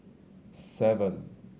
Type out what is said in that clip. seven